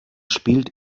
spielt